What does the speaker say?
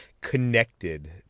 connected